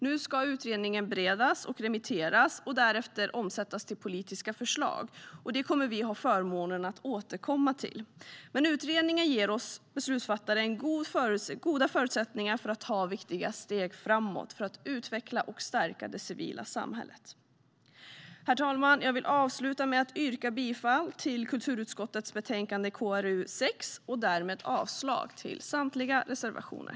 Nu ska utredningen beredas och remitteras och därefter omsättas till politiska förslag, som vi kommer att ha förmånen att återkomma till. Men utredningen ger oss beslutsfattare goda förutsättningar att ta viktiga steg framåt för att utveckla och stärka det civila samhället. Herr talman! Jag vill avsluta med att yrka bifall till kulturutskottets förslag i betänkande KrU6 och därmed avslag på samtliga reservationer.